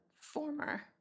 former